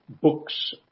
books